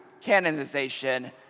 canonization